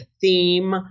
theme